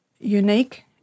unique